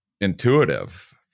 intuitive